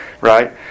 right